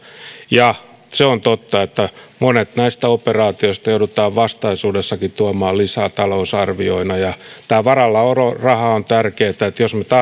ja se on totta että monet näistä operaatioista joudutaan vastaisuudessakin tuomaan lisätalousarvioina ja tämä varallaoloraha on tärkeä me